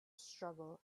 struggle